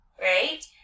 right